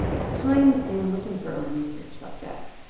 at the time, they were looking for a research subject,